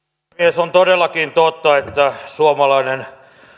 puhemies on todellakin totta että suomalainen